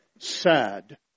sad